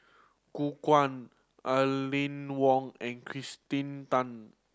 Gu Guan Aline Wong and Kirsten Tan